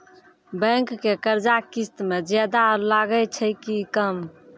Bank के कर्जा किस्त मे ज्यादा लागै छै कि कम?